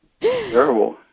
Terrible